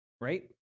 Right